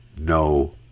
no